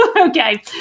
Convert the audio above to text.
Okay